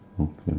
Okay